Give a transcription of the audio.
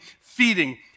feeding